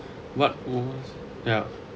what was yup